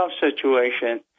situation